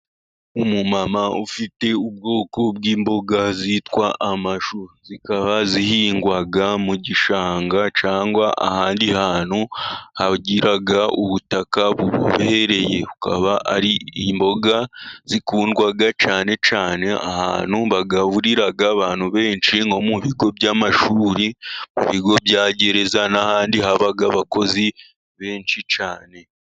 Umumama ufite ubwoko bw'imboga zitwa amashu, zikaba zihingwa mu gishanga cyangwa ahandi hantu hagira ubutaka bubohereye. Akaba ari imboga zikundwa cyane cyane ahantu bagaburira abantu benshi, nko mu bigo by'amashuri, ku bigo bya gereza, n'ahandi haba abakozi benshi cyane.